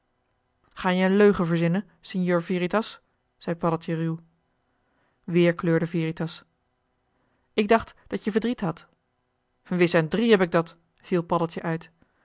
ga je een leugen verzinnen sinjeur veritas zei paddeltje ruw weer kleurde veritas ik dacht dat je verdriet had wis en drie heb ik dat viel paddeltje uit